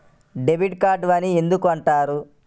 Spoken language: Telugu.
డెబిట్ కార్డు అని ఎందుకు అంటారు?